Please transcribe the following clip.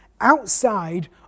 outside